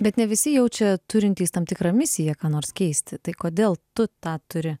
bet ne visi jaučia turintys tam tikrą misiją ką nors keisti tai kodėl tu tą turi